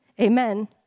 Amen